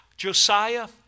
Josiah